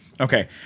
Okay